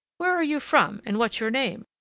where are you from, and what's your name?